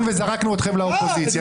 בכנסת.